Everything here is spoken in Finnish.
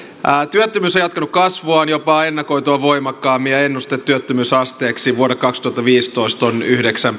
työttömyys on jatkanut kasvuaan jopa ennakoitua voimakkaammin ja ennuste työttömyysasteeksi vuodelle kaksituhattaviisitoista on yhdeksän